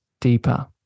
deeper